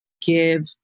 give